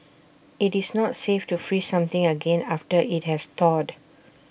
IT is not safe to freeze something again after IT has thawed